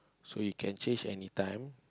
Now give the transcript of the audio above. so you can change anytime